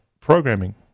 programming